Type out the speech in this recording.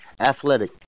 athletic